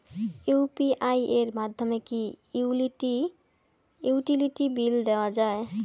UPI এর মাধ্যমে কি ইউটিলিটি বিল দেওয়া যায়?